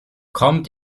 kommt